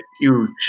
huge